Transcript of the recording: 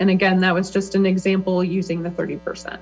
and again that was just an example using thirty percent